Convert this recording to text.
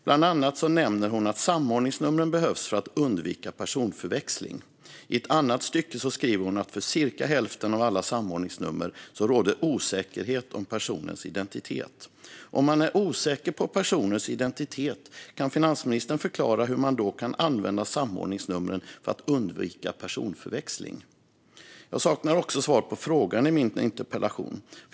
Bland annat nämner hon att samordningsnumren behövs för att undvika personförväxling. Hon säger även att det för cirka hälften av alla samordningsnummer råder osäkerhet om personens identitet. Om man är osäker på personers identitet, kan finansministern förklara hur man då kan använda samordningsnumren för att undvika personförväxling? Jag saknar också svar på frågan i min interpellation.